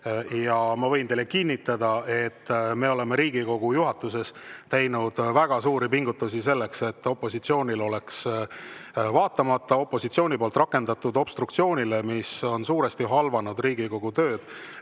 Ma võin teile kinnitada, et me oleme Riigikogu juhatuses teinud väga suuri pingutusi selleks – vaatamata opositsiooni rakendatud obstruktsioonile, mis on suuresti halvanud Riigikogu töö